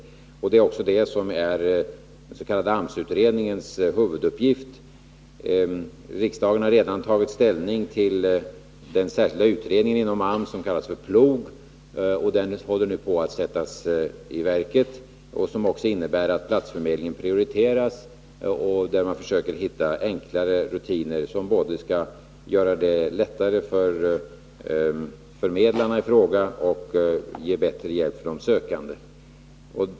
Det är också detta som är den s.k. AMS-utredningens huvuduppgift. Riksdagen har redan tagit ställning till den särskilda utredningen inom AMS, kallad PLOG. Besluten håller nu på att sättas i verket. Detta innebär att platsförmedlingen prioriteras, varvid man försöker hitta enklare rutiner, som både skall göra det lättare för förmedlarna i fråga och ge de arbetssökande bättre hjälp.